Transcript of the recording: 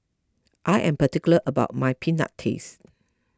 I am particular about my Peanut Paste